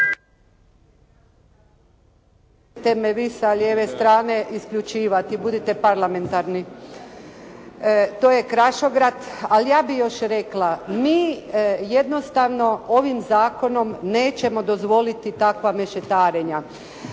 … sa lijeve strane isključivati, budite parlamentarni. To je "krašograd". Ali ja bi još rekla, mi jednostavno ovim zakonom nećemo dozvoliti takva mešetarenja.